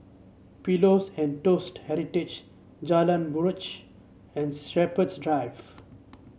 Pillows and Toast Heritage Jalan Buroh and Shepherds Drive